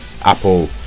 Apple